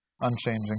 Unchanging